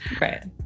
Right